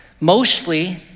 mostly